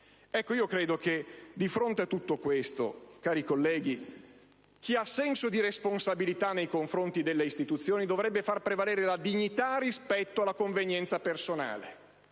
giudicato. Credo che di fronte a tutto questo, cari colleghi, chi ha senso di responsabilità nei confronti delle istituzioni dovrebbe far prevalere la dignità rispetto alla convenienza personale,